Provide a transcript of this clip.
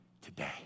today